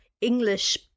English